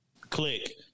click